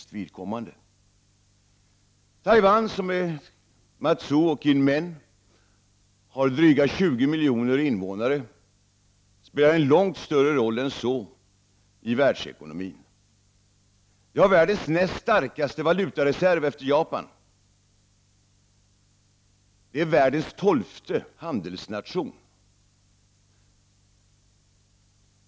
Taiwan med Matsu och Kinmen har dryga 20 miljoner invånare, men spelar en långt större roll än så i världsekonomin. Det har världens näst starkaste valutareserv efter Japan. Det är världens tolfte handelsnation.